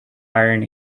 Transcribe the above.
iron